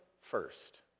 first